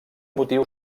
motiu